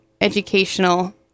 educational